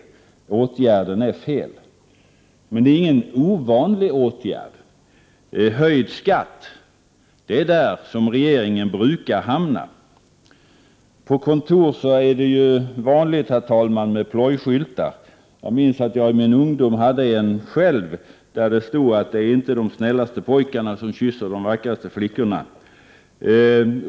Höjd skatt är dock ingen ovanlig åtgärd. Det är där regeringen brukar hamna. På kontor är det vanligt med plojskyltar. Jag minns att jag i min ungdom själv hade en på vilken det stod: Det är inte de snällaste pojkarna som kysser de vackraste flickorna.